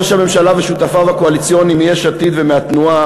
ראש הממשלה ושותפיו הקואליציוניים מיש עתיד ומהתנועה